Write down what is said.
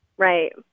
Right